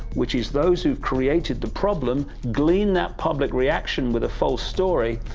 which is those who've created the problem, glean that public reaction with a false story,